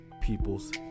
people's